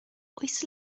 oes